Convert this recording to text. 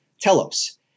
Telos